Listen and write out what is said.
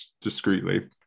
discreetly